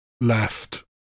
left